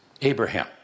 Abraham